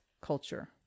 culture